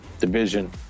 division